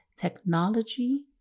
technology